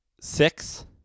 Six